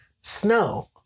snow